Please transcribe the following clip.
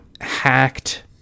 hacked